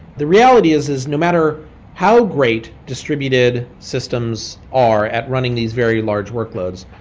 the reality is is no matter how great distributed systems are at running these very large workloads,